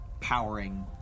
Powering